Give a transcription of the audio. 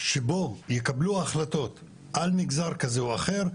מקום שבו יקבלו החלטות על מגזר כזה או אחר,